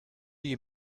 you